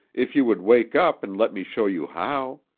if you would wake up and let me show you how.